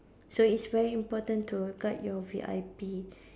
so it's very important to guard your V_I_P